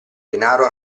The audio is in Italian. denaro